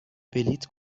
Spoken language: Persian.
بلیط